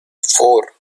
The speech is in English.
four